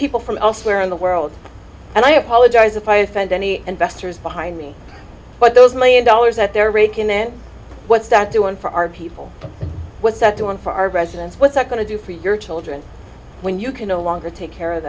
people from elsewhere in the world and i apologize if i offend any investors behind me but those million dollars that they're raking in what's that doing for our people what's that doing for our presidents what's it going to do for your children when you can no longer take care of